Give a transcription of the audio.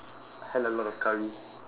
hell a lot of curry